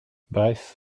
bref